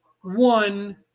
one